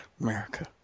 America